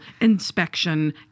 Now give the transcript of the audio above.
Inspection